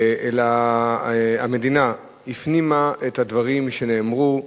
אלא המדינה הפנימה את הדברים שנאמרו,